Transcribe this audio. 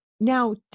Now